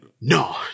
no